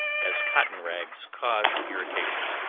as cotton rags cause irritation.